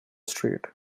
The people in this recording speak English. street